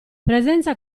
presenza